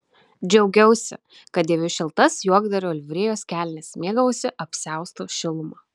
džiaugiausi kad dėviu šiltas juokdario livrėjos kelnes mėgavausi apsiausto šiluma